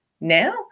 Now